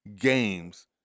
games